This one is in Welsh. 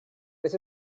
beth